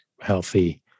healthy